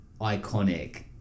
iconic